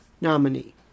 nominee